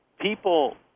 people